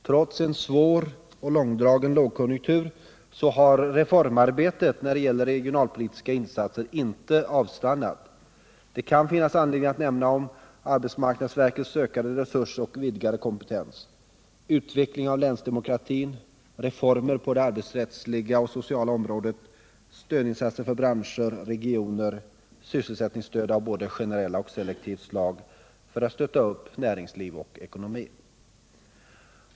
Trots en svår och långdragen lågkonjunktur har reformarbetet när det gäller regionalpolitiska insatser inte avstannat. Det kan finnas anledning att nämna arbetsmarknadsverkets ökade resurser och vidgade kompetens, utveckling av länsdemokratin, reformer på det arbetsrättsliga och sociala området, stödinsatser för branscher och regioner, sysselsättningsstöd av både generellt och selektivt slag för att stötta upp näringsliv och ekonomi.